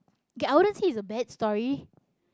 okay I wouldn't say it's a bad story